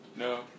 No